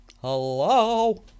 Hello